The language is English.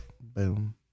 boom